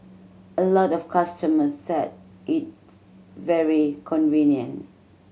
a lot of customers said it's very convenient